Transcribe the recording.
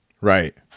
Right